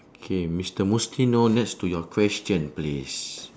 K mister mustino next to your question please